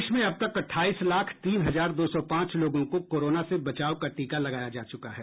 प्रदेश में अब तक अट्ठाईस लाख तीन हजार दो सौ पांच लोगों को कोरोना से बचाव का टीका लगाया जा चुका है